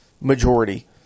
majority